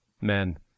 men